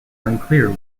unclear